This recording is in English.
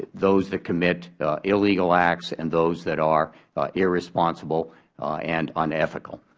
those that commit illegal acts and those that are irresponsible and unethical.